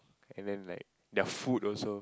and then like their food also